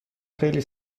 خیلی